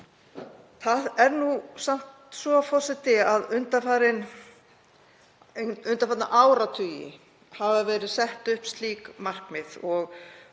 Það er nú samt svo, forseti, að undanfarna áratugi hafa verið sett upp slík markmið